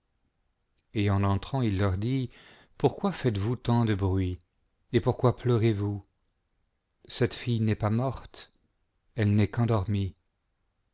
et en entrant il leur dit pourquoi faites vous tant de bruit et pourquoi pleurezvous cette fille n'est pas morte elle n'est qu dor